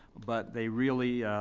but they really,